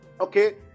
okay